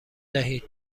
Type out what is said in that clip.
دهید